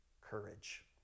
courage